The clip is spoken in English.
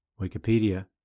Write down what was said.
Wikipedia